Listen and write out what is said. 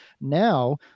now